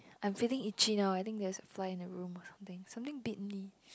I'm feeling itchy now I think there's a fly in the room or something something bit me